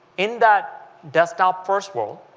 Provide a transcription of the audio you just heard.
in that desktop first world,